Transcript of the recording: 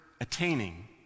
attaining